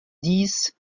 dix